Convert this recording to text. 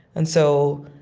and so,